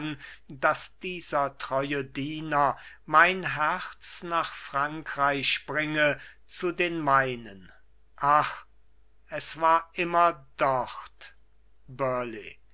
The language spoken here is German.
daß dieser treue diener mein herz nach frankreich bringe zu den meinen ach es war immer dort